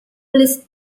list